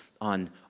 on